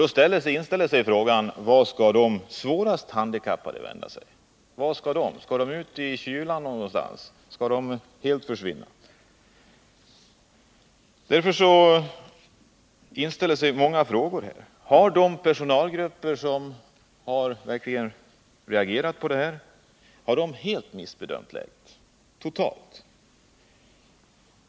Då ställer man sig frågan: Vart skall de svårast handikappade vända sig? Måste de ut i kylan någonstans? Skall de helt försvinna? Många frågor inställer sig här: Har de personalgrupper som verkligen har reagerat på det här helt missbedömt läget?